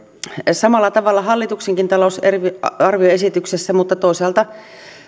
samalla tavalla hallituksenkin talousarvioesityksessä mutta toisaalta